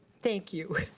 thank you,